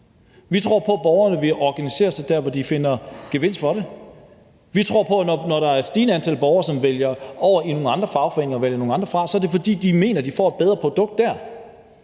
Vi tror på, at borgerne vil organisere sig der, hvor de finder gevinst ved det. Vi tror på, at når der er et stigende antal borgere, som vælger at gå over i nogle andre fagforeninger og vælger nogle andre fra, er det, fordi de mener, de får et bedre produkt der